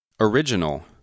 original